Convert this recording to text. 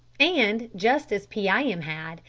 and just as pee-eye-em had,